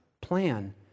plan